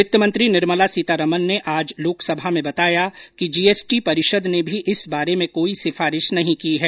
वित्त मंत्री निर्मला सीतारामन ने आज लोकसभा में बताया कि जीएसटी परिषद ने भी इस बारे में कोई सिफारिश नहीं की है